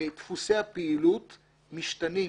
דפוסי הפעילות משתנים.